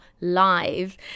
live